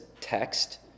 text